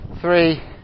three